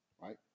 Right